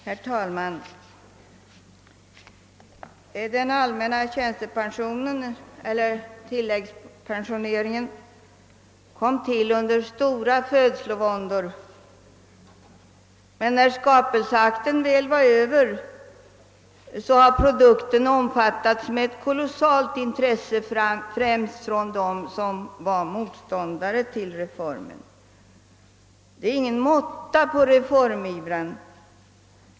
Herr talman! Den allmänna tilläggspensioneringen tillkom under stora födslovåndor. Men när skapelseakten väl var över har produkten blivit föremål för ett kolossalt intresse, framför allt från motståndarna till reformen. Det är helt enkelt ingen måtta på reformivrandet.